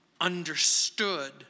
understood